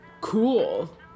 Cool